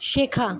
শেখা